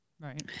right